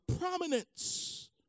prominence